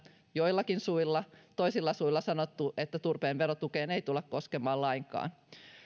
joillakin suilla sanottu tehtävän toisilla suilla sanottu että turpeen verotukeen ei tulla koskemaan lainkaan